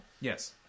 Yes